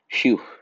Phew